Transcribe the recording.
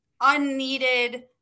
unneeded